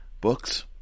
books